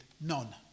None